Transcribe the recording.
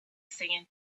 sand